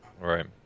right